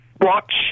watch